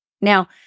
Now